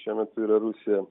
šiuo metu yra rusija